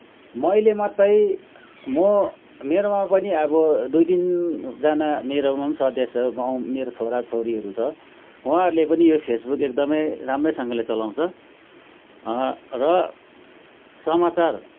मैले मात्रै म मेरोमा पनि अब दुई तिनजाना मेरोमा नि छँदैछ मेरो छोराछोरीहरू छ उहाँहरूले पनि यो फेसबुक एकदमै राम्रैसँगले चलाउँछ र समाचार